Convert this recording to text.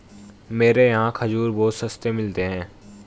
मेरे यहाँ खजूर बहुत सस्ते मिलते हैं